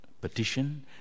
petition